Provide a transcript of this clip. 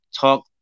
talk